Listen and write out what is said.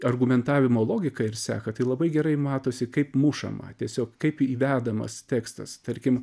argumentavimo logiką ir seką tai labai gerai matosi kaip mušama tiesiog kaip įvedamas tekstas tarkim